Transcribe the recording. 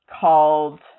called